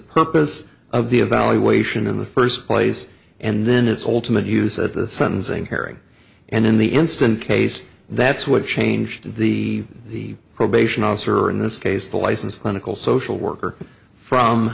purpose of the evaluation in the first place and then it's all to use at the sentencing hearing and in the instant case that's what changed the the probation officer in this case the license clinical social worker from